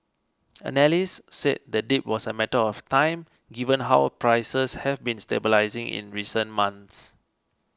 analysts said the dip was a matter of time given how prices have been stabilising in recent months